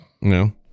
No